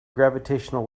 gravitational